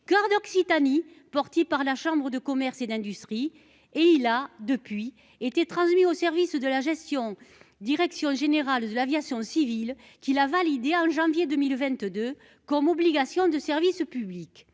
Coeur d'Occitanie porté par la chambre de commerce et d'industrie. Il a, depuis, été transmis aux services de la direction générale de l'aviation civile, qui l'ont validé en janvier 2022 comme obligation de service public.